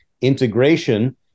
integration